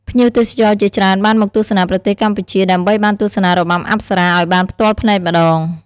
ភ្ញៀវទេសចរជាច្រើនបានមកទស្សនាប្រទេសកម្ពុជា ដើម្បីបានទស្សនារបាំអប្សរាឲ្យបានផ្ទាល់ភ្នែកម្តង។